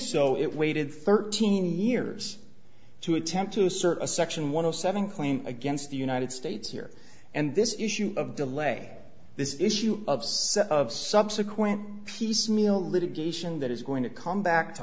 so it waited thirteen years to attempt to assert a section one of seven claim against the united states here and this issue of delay this issue of subsequent piecemeal litigation that is going to come back to